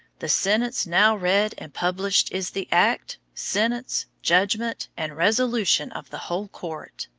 the sentence now read and published is the act, sentence, judgment, and resolution of the whole court.